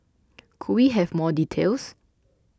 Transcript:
could we have more details